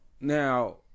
Now